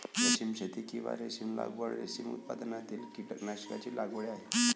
रेशीम शेती, किंवा रेशीम लागवड, रेशीम उत्पादनातील कीटकांची लागवड आहे